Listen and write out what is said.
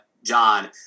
john